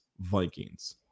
Vikings